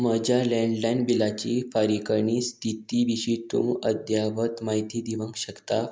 म्हज्या लँडलायन बिलाची फारीकणी स्थिती विशीं तूं अध्यावत म्हायती दिवंक शकता